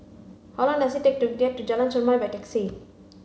how long does it take to get to Jalan Chermai by taxi